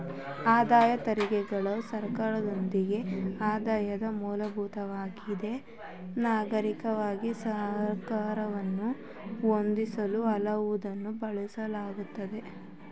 ಆದಾಯ ತೆರಿಗೆಗಳು ಸರ್ಕಾರಗಳ್ಗೆ ಆದಾಯದ ಮೂಲವಾಗಿದೆ ನಾಗರಿಕರಿಗೆ ಸರಕುಗಳನ್ನ ಒದಗಿಸಲು ಅವುಗಳನ್ನ ಬಳಸಲಾಗುತ್ತೆ